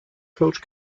coach